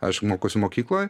aš mokausi mokykloj